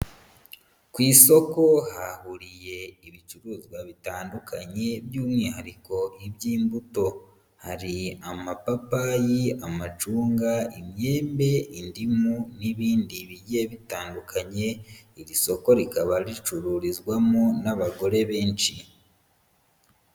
Ku isoko hahuriye ibicuruzwa bitandukanye by'umwihariko iby'imbuto, hari amapapayi, amacunga, imyembe, indimu n'ibindi bigiye bitandukanye, iri soko rikaba ricururizwamo n'abagore benshi.